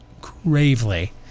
gravely